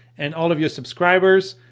and all of your subscribers.